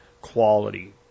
quality